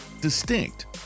distinct